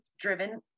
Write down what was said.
driven